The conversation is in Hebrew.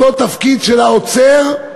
אותו תפקיד של האוצר,